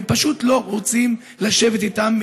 הם פשוט לא רוצים לשבת איתם,